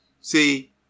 see